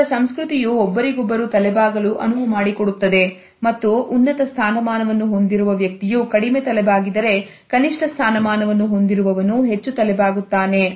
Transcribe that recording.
ಅವರ ಸಂಸ್ಕೃತಿಯು ಒಬ್ಬರಿಗೊಬ್ಬರು ತಲೆಬಾಗಲು ಅನುವುಮಾಡಿಕೊಡುತ್ತದೆ ಮತ್ತು ಉನ್ನತ ಸ್ಥಾನಮಾನವನ್ನು ಹೊಂದಿರುವ ವ್ಯಕ್ತಿಯು ಕಡಿಮೆ ತಲೆಬಾಗಿದರೆ ಕನಿಷ್ಠ ಸ್ಥಾನಮಾನವನ್ನು ಹೊಂದಿರುವವನು ಹೆಚ್ಚು ತಲೆ ಬಾಗುತ್ತಾನೆ